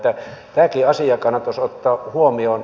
tämäkin asia kannattaisi ottaa huomioon